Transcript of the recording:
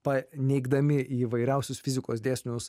paneigdami įvairiausius fizikos dėsnius